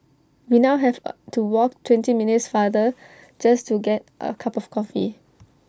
we now have A to walk twenty minutes farther just to get A cup of coffee